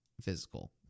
physical